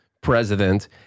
president